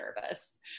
nervous